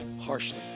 harshly